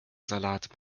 salat